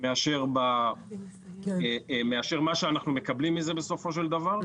מאשר מה שאנחנו מקבלים מזה בסופו של דבר.